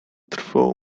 trwało